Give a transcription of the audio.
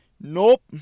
nope